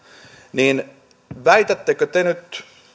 niin väitättekö te nyt